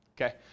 Okay